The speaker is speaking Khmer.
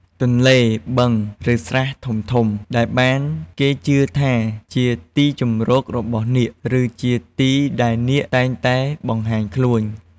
ទន្លេ បឹង ឬស្រះធំៗ ត្រូវបានគេជឿថាជាទីជម្រករបស់នាគ ឬជាទីដែលនាគតែងតែបង្ហាញខ្លួន។